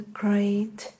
great